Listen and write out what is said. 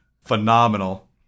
phenomenal